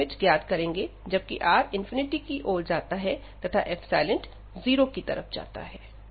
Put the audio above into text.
हम यह लिमिट ज्ञात करेंगे जबकि R की ओर जाता है तथा जीरो की तरफ जाता है